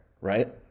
right